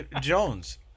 Jones